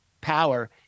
power